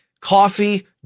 Coffee